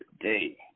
today